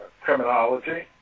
criminology